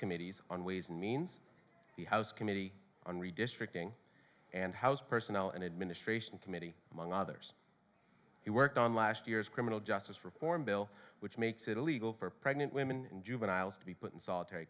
committees on ways and means the house committee on redistricting and house personnel and administration committee among others he worked on last year's criminal justice reform bill which makes it illegal for pregnant women and juveniles to be put in solitary